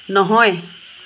নহয়